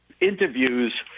interviews